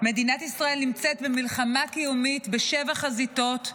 נמצאת במלחמה קיומית בשבע חזיתות,